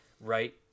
right